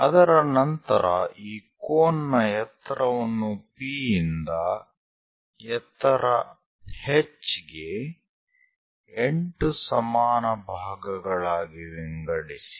ಅದರ ನಂತರ ಈ ಕೋನ್ ನ ಎತ್ತರವನ್ನು P ಇಂದ ಎತ್ತರ h ಗೆ 8 ಸಮಾನ ಭಾಗಗಳಾಗಿ ವಿಂಗಡಿಸಿ